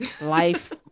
life